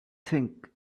think